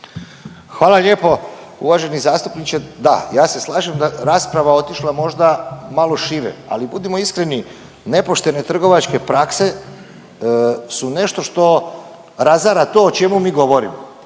Hvala lijepo. Uvaženi zastupniče da, ja se slažem da rasprava otišla malo šire, ali budimo iskreni nepoštene trgovačke prakse su nešto što razara to o čemu mi govorimo.